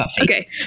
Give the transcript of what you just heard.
okay